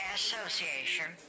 Association